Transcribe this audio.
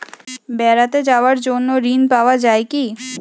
বেড়াতে যাওয়ার জন্য ঋণ পাওয়া যায় কি?